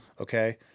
okay